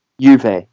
Juve